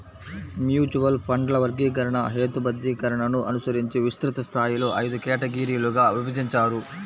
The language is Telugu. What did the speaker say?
మ్యూచువల్ ఫండ్ల వర్గీకరణ, హేతుబద్ధీకరణను అనుసరించి విస్తృత స్థాయిలో ఐదు కేటగిరీలుగా విభజించారు